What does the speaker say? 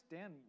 Dan